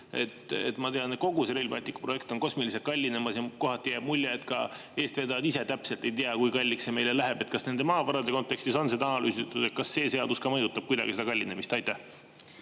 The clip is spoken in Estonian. Ma tean, et kogu Rail Balticu projekt on kosmiliselt kallinemas. Kohati jääb mulje, et ka eestvedajad ise täpselt ei tea, kui kalliks see meile läheb. Kas nende maavarade kontekstis on seda analüüsitud? Kas see seadus ka mõjutab kuidagi seda kallinemist? Aitäh!